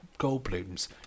Goldblum's